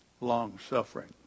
long-suffering